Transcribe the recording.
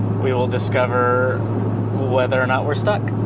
we will discover whether or not we're stuck.